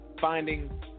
finding